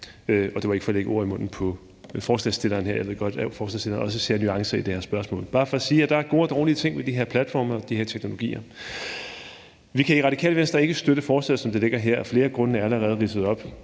og det var ikke for at lægge ord i munden på forslagsstilleren her; jeg ved godt, at forslagsstilleren også ser nuancer i det her spørgsmål. Det er bare for at sige, at der er gode og dårlige ting ved de her platforme og de her teknologier. Vi kan i Radikale Venstre ikke støtte forslaget, som det ligger her. Flere af grundene er allerede ridset op.